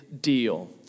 deal